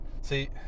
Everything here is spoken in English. See